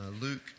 Luke